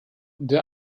the